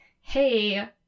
hey